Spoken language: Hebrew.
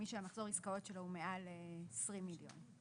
מי שמחזור העסקאות שלו הוא מעל 20 מיליון שקלים.